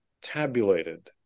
tabulated